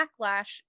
backlash